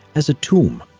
as a tomb.